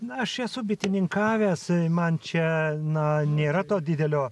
na aš esu bitininkavęs man čia na nėra to didelio